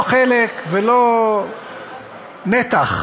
לא חלק ולא נתח,